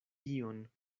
ion